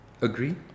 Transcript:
Agree